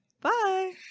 bye